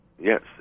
Yes